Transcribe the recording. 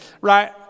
right